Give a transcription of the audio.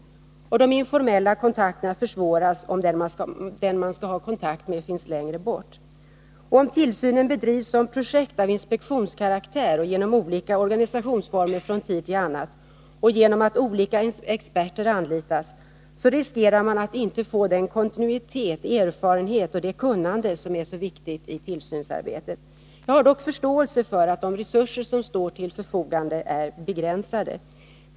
De informella kontakterna försvåras om den man skall ha kontakt med finns längre bort. Om tillsynen bedrivs som projekt av inspektionskaraktär, genom olika organisationsformer från tid till annan och genom att olika experter anlitas, riskerar man att inte få den kontinuitet, den erfarenhet och det kunnande som är så viktigt i tillsynsarbetet. Jag har förståelse för att de resurser som står till förfogande är begränsade.